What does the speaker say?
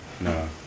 no